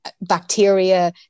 bacteria